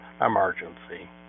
emergency